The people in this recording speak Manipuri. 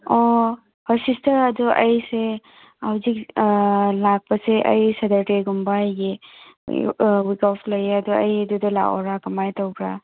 ꯍꯣꯏ ꯁꯤꯁꯇꯔ ꯑꯗꯣ ꯑꯩꯁꯦ ꯍꯧꯖꯤꯛ ꯂꯥꯛꯄꯁꯦ ꯑꯩ ꯁꯦꯇꯔꯗꯦꯒꯨꯝ ꯑꯩꯒꯤ ꯋꯤꯛ ꯑꯣꯐ ꯂꯩꯌꯦ ꯑꯗꯣ ꯑꯩ ꯑꯗꯨꯗ ꯂꯥꯛꯑꯣꯔ ꯀꯃꯥꯏ ꯇꯧꯕ꯭ꯔꯥ